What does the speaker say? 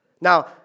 Now